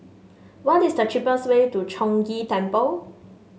what is the cheapest way to Chong Ghee Temple